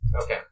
Okay